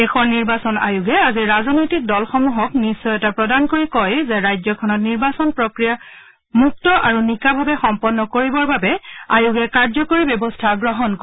দেশৰ নিৰ্বাচন আয়োগে আজি ৰাজনৈতিক দলসমূহক নিশ্চয়তা প্ৰদান কৰি কয় যে ৰাজ্যখনত নিৰ্বাচন প্ৰক্ৰিয়া মুক্ত আৰু নিকাভাৱে সম্পন্ন কৰিবৰ বাবে আয়োগে কাৰ্যকৰী ব্যৱস্থা গ্ৰহণ কৰিব